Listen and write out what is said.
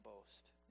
boast